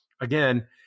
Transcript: again